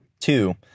Two